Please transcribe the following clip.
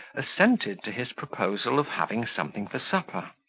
assented to his proposal of having something for supper.